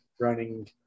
running –